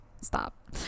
stop